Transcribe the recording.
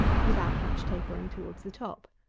without much tapering towards the top.